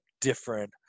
different